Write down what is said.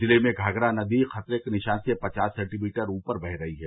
जिले में घाघरा नदी खतरे के निशान से पचास सेंटीमीटर ऊपर बह रही है